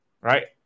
right